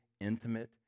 intimate